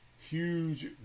huge